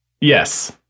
Yes